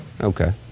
Okay